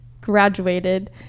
graduated